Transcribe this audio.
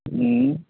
उंह